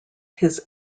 his